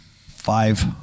Five